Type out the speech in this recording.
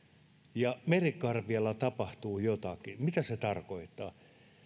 ja merikarvialla tapahtuu jotakin mitä se tarkoittaa